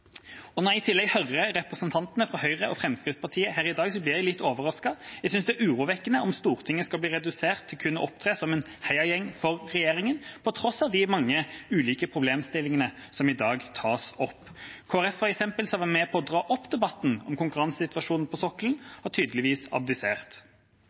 Når jeg i tillegg hører representantene fra Høyre og Fremskrittspartiet her i dag, blir jeg litt overrasket. Jeg synes det er urovekkende om Stortinget skal bli redusert til kun å opptre som en heiagjeng for regjeringa, på tross av de mange og ulike problemstillingene som i dag tas opp. For eksempel har Kristelig Folkeparti, som var med på å dra opp debatten om konkurransesituasjonen på